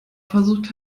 versucht